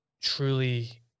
truly